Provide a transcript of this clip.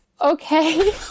okay